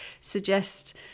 suggest